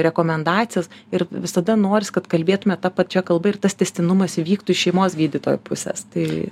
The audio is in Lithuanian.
rekomendacijas ir visada noris kad kalbėtume ta pačia kalba ir tas tęstinumas įvyktų šeimos gydytojo pusės tai